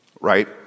right